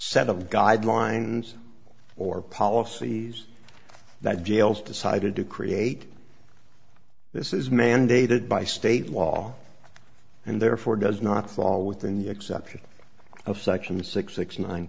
set of guidelines or policies that jails decided to create this is mandated by state law and therefore does not fall within the exception of section six six nine